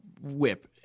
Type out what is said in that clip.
whip